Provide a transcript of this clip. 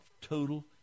total